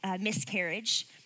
miscarriage